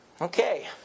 okay